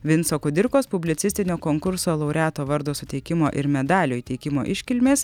vinco kudirkos publicistinio konkurso laureato vardo suteikimo ir medalio įteikimo iškilmės